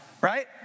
right